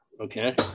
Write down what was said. okay